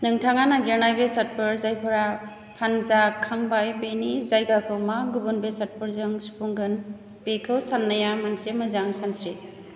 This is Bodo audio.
नोंथाङा नागिरनाय बेसादफोर जायफोरा फानजाखांबाय बेनि जायगाखौ मा गुबुन बेसादफोरजों सुफुंगोन बेखौ सान्नाया मोनसे मोजां सानस्रि